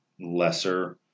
lesser